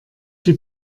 die